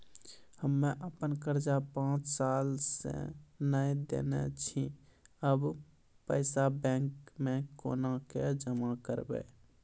हम्मे आपन कर्जा पांच साल से न देने छी अब पैसा बैंक मे कोना के जमा करबै?